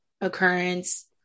occurrence